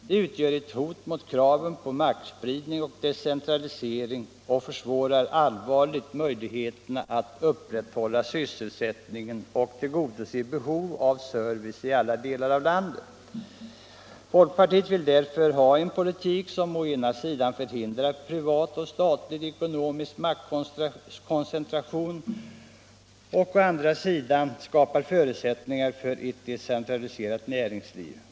Den utgör ett hot mot kraven på maktspridning och decentralisering och försvårar allvarligt möjligheterna att upprätthålla sysselsättningen och tillgodose behov av service i alla delar av landet. Folkpartiet vill därför ha en politik som å ena sidan förhindrar privat och statlig ekonomisk maktkoncentration och å andra sidan skapar förutsättningar för ett decentraliserat näringsliv.